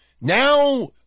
Now